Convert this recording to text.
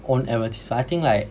own advertis~ I think like